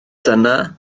dyna